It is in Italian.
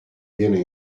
viene